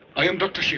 i am dr. shiga.